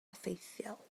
effeithiol